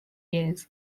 years